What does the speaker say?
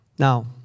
Now